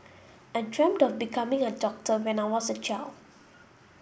I dreamt of becoming a doctor when I was a child